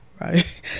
right